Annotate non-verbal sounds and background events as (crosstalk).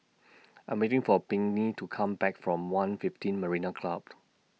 I'm waiting For Pinkney to Come Back from one fifteen Marina Club (noise)